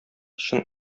чын